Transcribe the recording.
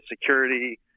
security